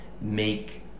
make